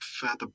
further